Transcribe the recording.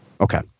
Okay